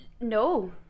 No